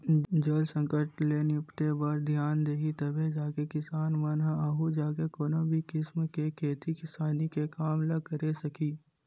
जल संकट ले निपटे बर धियान दिही तभे जाके किसान मन ह आघू जाके कोनो भी किसम के खेती किसानी के काम ल करे सकही